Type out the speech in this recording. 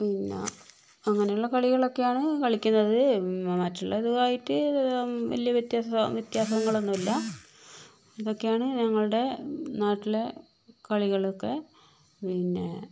പിന്നെ അങ്ങനെയുള്ള കളികളൊക്കെയാണ് കളിക്കുന്നത് മറ്റുള്ളതുമായിട്ട് വലിയ വ്യത്യാസമോ വ്യത്യാസങ്ങളൊന്നുമില്ല ഇതൊക്കെയാണ് ഞങ്ങളുടെ നാട്ടിലെ കളികളൊക്കെ പിന്നെ